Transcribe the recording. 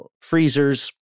freezers